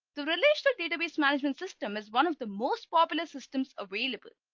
the relational database management system is one of the most popular systems available.